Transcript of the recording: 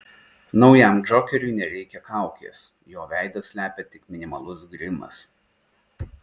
naujam džokeriui nereikia kaukės jo veidą slepia tik minimalus grimas